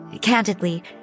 Candidly